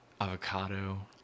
avocado